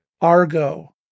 Argo